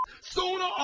sooner